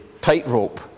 tightrope